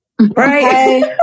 Right